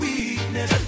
Weakness